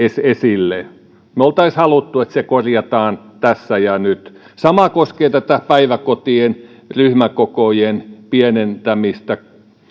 esille me olisimme halunneet että se korjataan tässä ja nyt sama koskee tätä päiväkotien ryhmäkokojen pienentämistä